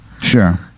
sure